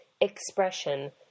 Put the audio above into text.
expression